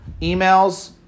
emails